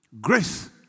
Grace